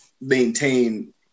maintain